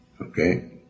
Okay